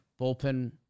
bullpen